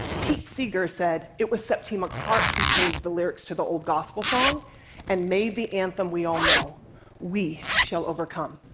pete seeger said it was septima clark who changed the lyrics to the old gospel song and made the anthem we all know we shall overcome.